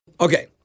Okay